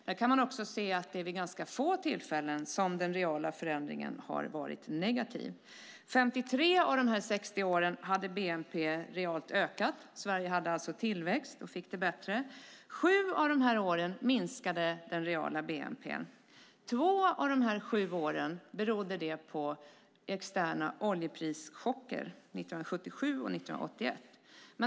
Här kan man se att det är vid ganska få tillfällen som den reala förändringen har varit negativ. Under 53 av de 60 åren ökade bnp realt. Sverige hade alltså tillväxt och fick det bättre. Under sju av åren minskade den reala bnp:n. Två av dessa år berodde det på externa oljeprischocker, 1977 och 1981.